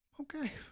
okay